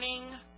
morning